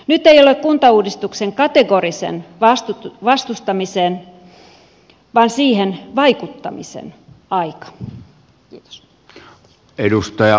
nyt ei ole kuntauudistuksen kategorisen vastustamisen vaan siihen vaikuttamisen aika